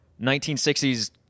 1960s